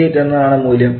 638 എന്നതാണ് മൂല്യം